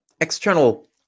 External